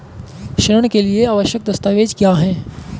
ऋण के लिए आवश्यक दस्तावेज क्या हैं?